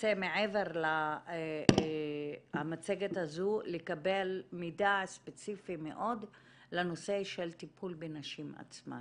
ארצה מעבר למצגת הזו לקבל מידע ספציפי מאוד לנושא של טיפול בנשים עצמן